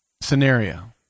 scenario